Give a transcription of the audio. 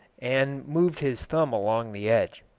and moved his thumb along the edge.